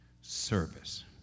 service